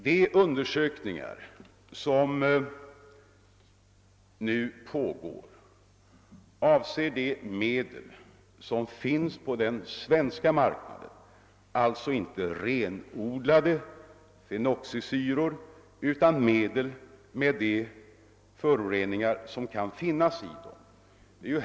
De undersökningar som nu pågår avser de medel som finns på den svenska marknaden, alltså inte renodlade fenoxisyror utan medel med de föroreningar som kan finnas i dem.